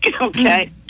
okay